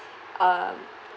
um